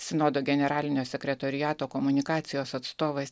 sinodo generalinio sekretoriato komunikacijos atstovas